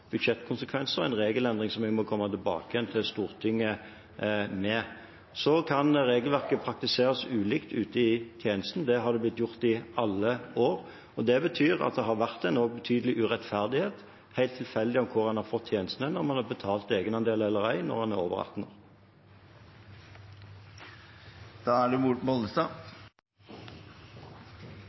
tjenesten. Det har blitt gjort i alle år. Det betyr at det har vært en betydelig urettferdighet, helt tilfeldig utfra hvor man har fått hjelp, om man har betalt egenandel eller ei når man er over 18 år. Olaug V. Bollestad